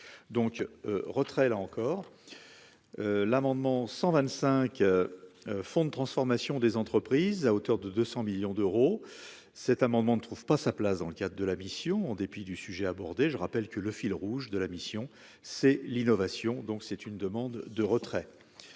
donc retrait, là encore, l'amendement 125 fond de transformation des entreprises à hauteur de 200 millions d'euros, cet amendement ne trouve pas sa place dans le cadre de la mission en dépit du sujet abordé, je rappelle que le fil rouge de la mission, c'est l'innovation, donc c'est une demande de retrait,